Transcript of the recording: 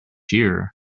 year